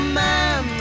man